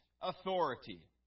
authority